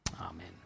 Amen